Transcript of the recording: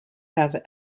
have